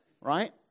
Right